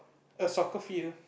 a soccer field